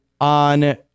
on